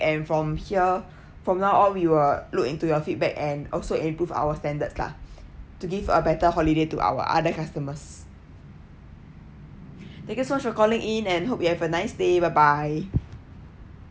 and from here from now on will look into your feedback and also improve our standards lah to give a better holiday to our other customers thank you so much for calling in and hope you have a nice day bye bye